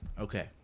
Okay